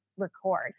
record